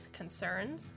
concerns